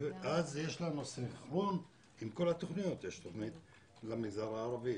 אז יש לנו סנכרון עם כל התוכניות: יש תוכנית למגזר הערבי,